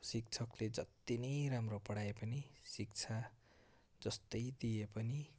शिक्षकले जत्ति नै राम्रो पठाए पनि शिक्षा जस्तै दिए पनि